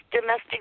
domestic